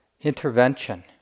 intervention